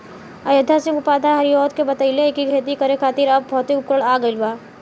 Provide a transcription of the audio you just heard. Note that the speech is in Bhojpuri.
अयोध्या सिंह उपाध्याय हरिऔध के बतइले कि खेती करे खातिर अब भौतिक उपकरण आ गइल बा